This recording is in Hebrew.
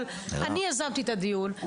אבל אני יזמתי את הדיון,